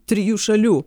trijų šalių